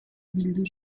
bildu